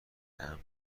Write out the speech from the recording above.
امن